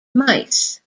mice